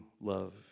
love